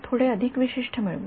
थोडे अधिक विशिष्ट मिळवू